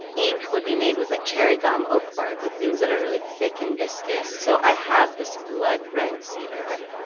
ink would be made with like cherry gum, oak bark like things that are really thick and biscuits. so i have this blood red cedar.